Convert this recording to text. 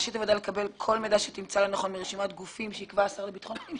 לקבל כל מידע שהיא תמצא לנכון מרשימת גופים שיקבע השר לביטחון פנים,